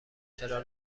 چرا